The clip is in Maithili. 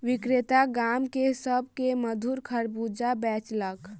विक्रेता गाम में सभ के मधुर खरबूजा बेचलक